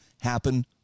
happen